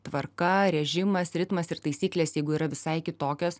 tvarka režimas ritmas ir taisyklės jeigu yra visai kitokios